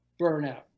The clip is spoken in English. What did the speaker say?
burnout